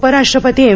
उपराष्ट्रपती एम